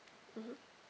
mmhmm